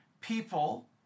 people